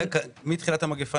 לפני כן